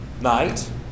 night